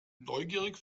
neugierig